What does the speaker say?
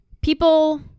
people